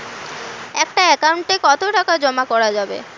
একটা একাউন্ট এ কতো টাকা জমা করা যাবে?